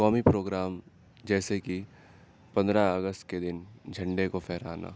قومی پروگرام جیسے کہ پندرہ اگست کے دن جھنڈے کو پھہرانا